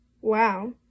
Wow